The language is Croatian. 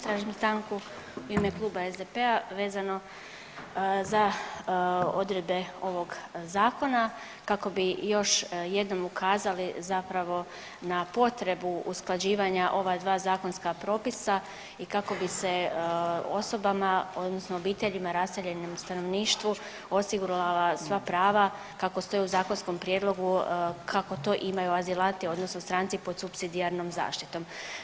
Tražim stanku u ime Kluba SDP-a vezano za odredbe ovog zakona kako bi još jednom ukazali zapravo na potrebu usklađivanja ova dva zakonska propisa i kako bi se osobama odnosno obiteljima i raseljenom stanovništvu osigurala sva prava kako stoji u zakonskom prijedlogu kako to imaju azilanti odnosno stranci pod supsidijarnom zaštitom.